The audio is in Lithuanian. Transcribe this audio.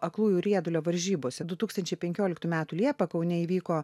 aklųjų riedulio varžybose du tūkstančiai penkioliktų metų liepą kaune įvyko